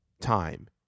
time